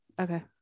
Okay